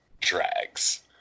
drags